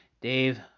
Dave